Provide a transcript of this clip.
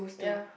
yeah